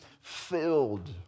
filled